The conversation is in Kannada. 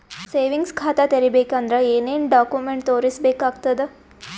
ಸೇವಿಂಗ್ಸ್ ಖಾತಾ ತೇರಿಬೇಕಂದರ ಏನ್ ಏನ್ಡಾ ಕೊಮೆಂಟ ತೋರಿಸ ಬೇಕಾತದ?